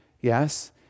Yes